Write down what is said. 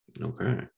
Okay